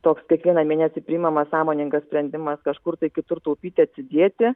toks kiekvieną mėnesį priimamas sąmoningas sprendimas kažkur tai kitur taupyti atsidėti